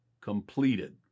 completed